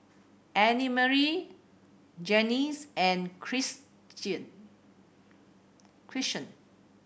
Annemarie Junius and Christion